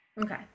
Okay